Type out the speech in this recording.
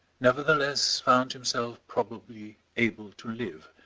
nevertheless found himself probably able to live,